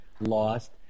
lost